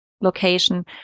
location